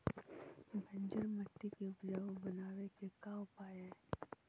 बंजर मट्टी के उपजाऊ बनाबे के का उपाय है?